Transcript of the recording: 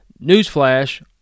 Newsflash